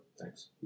Thanks